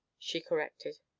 she corrected.